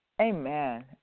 Amen